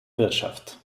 wirtschaft